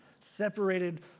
separated